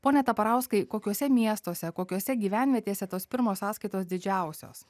pone taparauskai kokiuose miestuose kokiose gyvenvietėse tos pirmos sąskaitos didžiausios